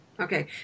Okay